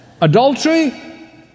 Adultery